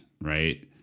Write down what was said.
right